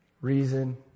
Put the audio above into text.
Reason